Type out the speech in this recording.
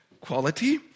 quality